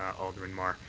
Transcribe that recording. alderman mar.